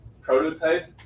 prototype